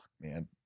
man